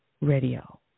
Radio